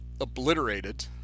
obliterated